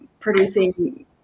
producing